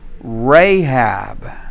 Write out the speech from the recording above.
Rahab